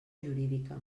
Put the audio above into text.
jurídica